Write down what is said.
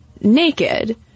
naked